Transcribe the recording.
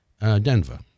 Denver